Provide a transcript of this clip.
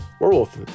werewolf